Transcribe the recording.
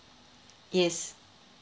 yes